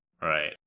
Right